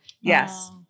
yes